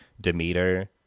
Demeter